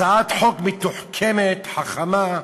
הצעת חוק מתוחכמת, חכמה,